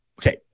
okay